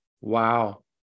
Wow